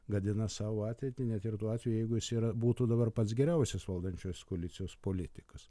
gadina sau ateitį net ir tuo atveju jeigu jis yra būtų dabar pats geriausias valdančios koalicijos politikas